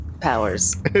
powers